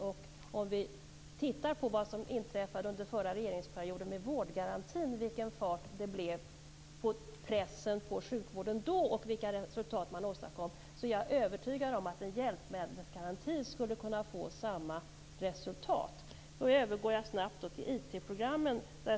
Vi kan titta på vad som inträffade under den förra regeringsperioden då vi fick vårdgarantin - vilken fart det blev, vilken press den satte på sjukvården då och vilka resultat man åstadkom. Jag är övertygad om att en hjälpmedelsgaranti skulle kunna få samma resultat. Jag går nu över till frågan om IT-programmen.